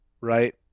right